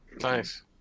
Nice